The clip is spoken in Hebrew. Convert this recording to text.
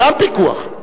גם פיקוח,